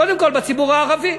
קודם כול בציבור הערבי.